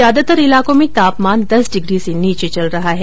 ज्यादातर इलाको में तापमान दस डिग्री से नीचे चल रहा हैं